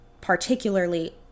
particularly